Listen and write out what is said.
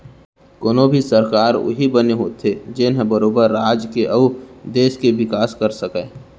कोनो भी सरकार उही बने होथे जेनहा बरोबर राज के अउ देस के बिकास कर सकय